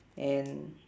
and